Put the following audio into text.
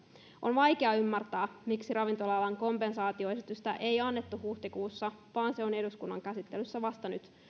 on vaikea ymmärtää miksi ravintola alan kompensaatioesitystä ei annettu huhtikuussa vaan se on eduskunnan käsittelyssä vasta nyt